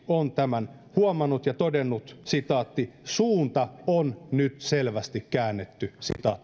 on tämän huomannut ja todennut suunta on nyt selvästi käännetty